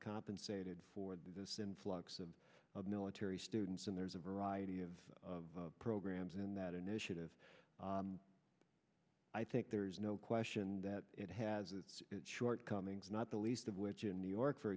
compensated for this influx of military students and there's a variety of of programs in that initiative i think there's no question that it has its shortcomings not the least of which in new york for